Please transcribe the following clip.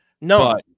No